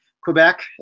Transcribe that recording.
Quebec